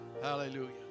Hallelujah